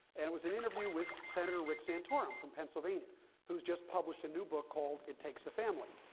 and it was an interview with senator rick santorum from pennsylvania who's just published a new book called, it takes a family.